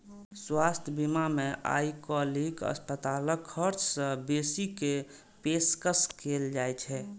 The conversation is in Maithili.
स्वास्थ्य बीमा मे आइकाल्हि अस्पतालक खर्च सं बेसी के पेशकश कैल जाइ छै